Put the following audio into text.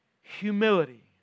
humility